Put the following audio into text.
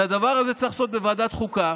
את הדבר הזה צריך לעשות בוועדת החוקה,